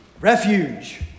refuge